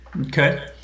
Okay